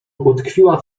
utkwiła